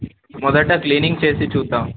మొదట క్లీనింగ్ చేసి చూద్దాం